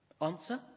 Answer